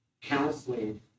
counseling